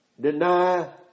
deny